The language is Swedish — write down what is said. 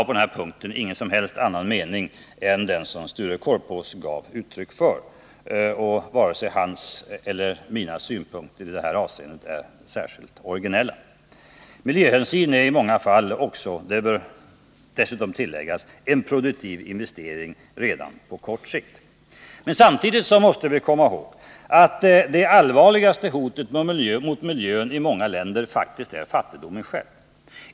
På den här punkten har jag ingen som helst annan mening än den som Sture Korpås gav uttryck för. Och varken hans eller mina synpunkter i det här avseendet är särskilt originella. Miljöhänsyn är dessutom i många fall — det bör tilläggas — en produktiv investering redan på kort sikt. Men samtidigt måste vi komma i håg att det allvarligaste hotet mot miljön i många u-länder faktiskt är själva fattigdomen.